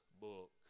book